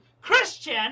Christian